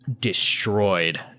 destroyed